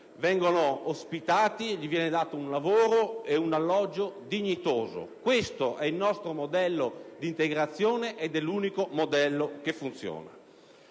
mele, ai quali vengono dati un lavoro ed un alloggio dignitoso. Questo è il nostro modello di integrazione ed è l'unico modello che funziona!